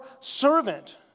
servant